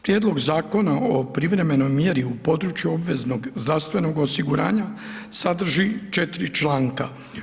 Prijedlog zakona, o privremenoj mjeri u području obveznog zdravstvenog osiguranja sadrži 4 članka.